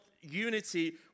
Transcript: unity